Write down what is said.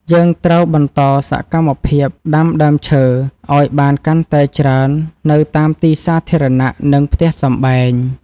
យើងត្រូវបន្តសកម្មភាពដាំដើមឈើឱ្យបានកាន់តែច្រើននៅតាមទីសាធារណៈ និងផ្ទះសម្បែង។